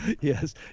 Yes